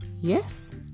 yes